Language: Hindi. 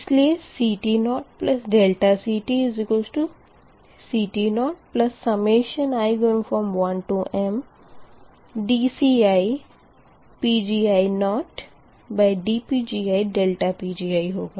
इसलिए CT0CTCT0i1mdCiPgi0dPgiPgi होगा